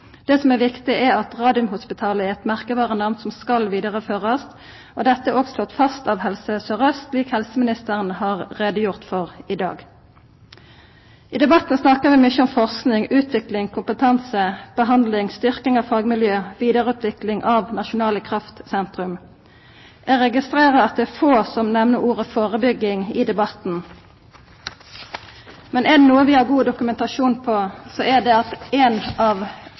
Det som er viktig, er at Radiumhospitalet er eit merkevarenamn som skal vidareførast, og dette er òg slått fast av Helse Sør-Aust, slik helseministeren har gjort greie for i dag. I debatten snakkar vi mykje om forsking, utvikling, kompetanse, styrking av fagmiljøa og vidareutvikling av nasjonale kreftsentrum. Eg registrerer at det er få som nemner ordet «førebygging» i debatten. Men er det noko vi har god dokumentasjon på, er det at eitt av